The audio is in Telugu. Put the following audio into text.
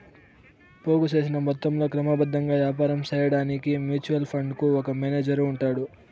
పోగు సేసిన మొత్తంలో క్రమబద్ధంగా యాపారం సేయడాన్కి మ్యూచువల్ ఫండుకు ఒక మేనేజరు ఉంటాడు